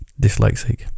Dyslexic